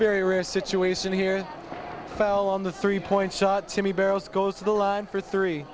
very rare situation here fell on the three point shot to me barrels goes to the line for three